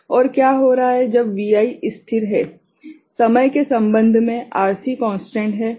और क्या हो रहा है जब Vi स्थिर है समय के संबंध में RC कोंस्टेंट है